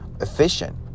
efficient